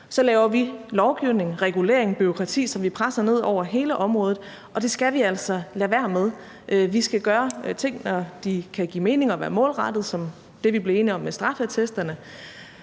så laver vi lovgivning, regulering, bureaukrati, som vi presser ned over hele området, og det skal vi altså lade være med. Vi skal gøre ting, når de kan give mening og være målrettede, som da vi blev enige om det med straffeattesterne,